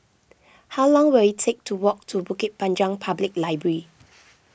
how long will it take to walk to Bukit Panjang Public Library